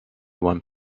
one